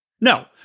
No